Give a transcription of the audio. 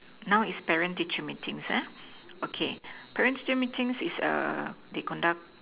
now is parent teacher meetings ah okay parent teacher meetings is err they conduct